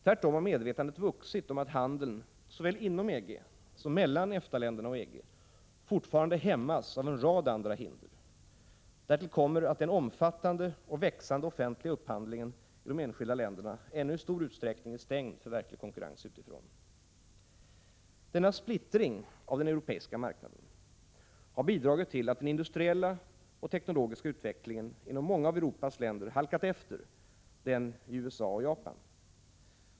Tvärtom har medvetandet vuxit om att handeln — såväl inom EG som mellan EFTA-länderna och EG -— fortfarande hämmas av en rad andra hinder. Därtill kommer att den omfattande och växande offentliga upphandlingen i de enskilda länderna ännu i stor utsträckning är stängd för verklig konkurrens utifrån. Denna splittring av den europeiska marknaden har bidragit till att den industriella och teknologiska utvecklingen inom många av Europas länder halkat efter den i USA och Japan.